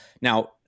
Now